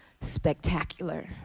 spectacular